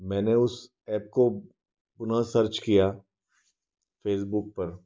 मैं उस एप को पुनः सर्च किया फेसबुक पर